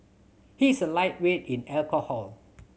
he is a lightweight in alcohol